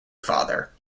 father